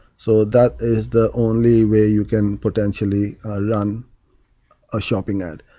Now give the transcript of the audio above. so that is the only way you can potentially run a shopping ad.